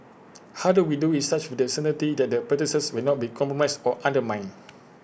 how do we do IT such with the certainty that the practices will not be compromised or undermined